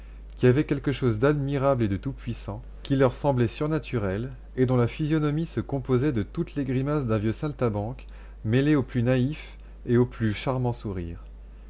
qui avait quelque chose d'admirable et de tout-puissant qui leur semblait surnaturel et dont la physionomie se composait de toutes les grimaces d'un vieux saltimbanque mêlées au plus naïf et au plus charmant sourire